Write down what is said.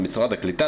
ממשרד הקליטה,